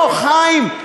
לא, חיים.